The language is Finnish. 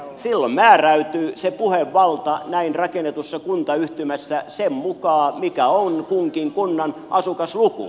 silloin määräytyy se puhevalta näin rakennetussa kuntayhtymässä sen mukaan mikä on kunkin kunnan asukasluku